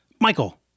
Michael